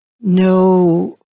no